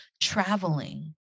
traveling